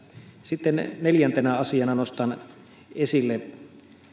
sitten kolmantena asiana nostan esille